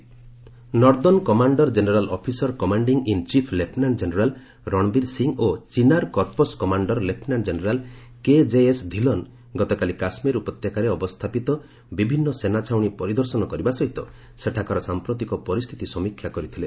army commander northern commander general officer commanding in chief lieutenant general Ranbir Singh ଓ Chinar corps commander lieutenant general କେଜେଏସ୍ଧୀଲନ ଗତକାଲି କାଶ୍ମୀର ଉପତ୍ୟକାରେ ମୁତୟନ ଥିବା ଭାରତୀୟ ସେନା ବାହିନୀ ପରିଦର୍ଶନ କରିବା ସହିତ ସେଠାକାର ସାଂପ୍ରତିକ ପରିସ୍ଥିତି ସମୀକ୍ଷା କରିଥିଲେ